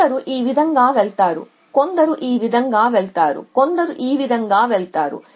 కొన్ని ఈ విధంగా వెళతాయి కొన్ని ఈ విధంగా వెళతాయి కొన్ని ఈ విధంగా వెళతాయి